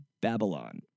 Babylon